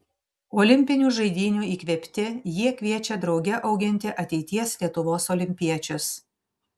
olimpinių žaidynių įkvėpti jie kviečia drauge auginti ateities lietuvos olimpiečius